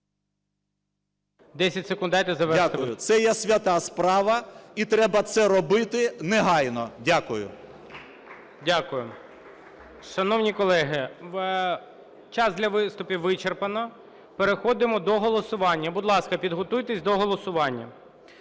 Дякую. Це є свята справа і треба це робити негайно. Дякую. ГОЛОВУЮЧИЙ. Дякую. Шановні колеги, час для виступів вичерпано, переходимо до голосування. Будь ласка, підготуйтеся до голосування.